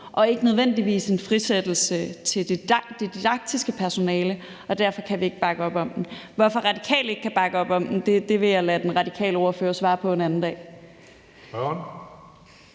og ikke nødvendigvis en frisættelse til det didaktiske personale, at vi ikke kan bakke op om den. Hvorfor Radikale ikke kan bakke op om den, vil jeg lade den radikale ordfører svare på en anden dag.